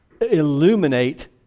illuminate